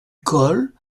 colle